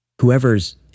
whoever's